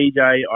DJ